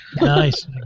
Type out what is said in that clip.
Nice